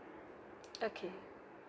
okay